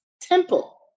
Temple